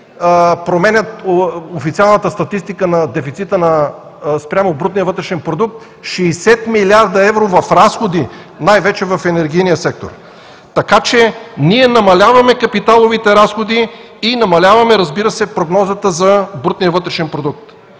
променят официалната статистика на дефицита спрямо брутния вътрешен продукт – 60 млрд. евро в разходи, най-вече в енергийния сектор, така че ние намаляваме капиталовите разходи и намаляваме, разбира се, прогнозата за брутния вътрешен продукт.